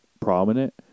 prominent